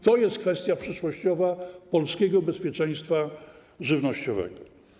To jest kwestia przyszłościowa polskiego bezpieczeństwa żywnościowego.